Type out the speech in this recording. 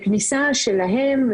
לכניסה שלהם,